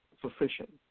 sufficient